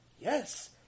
Yes